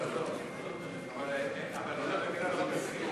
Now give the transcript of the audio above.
גמלאות ופיצויים,